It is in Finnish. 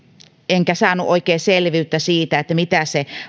enkä saanut oikein selvyyttä siitä mitä se